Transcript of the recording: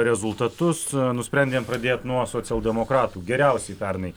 rezultatus nusprendėm pradėt nuo socialdemokratų geriausiai pernai